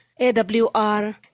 AWR